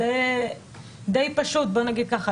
זה די פשוט, בוא נגיד ככה.